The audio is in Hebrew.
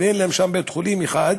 ואין להם שם בית-חולים אחד.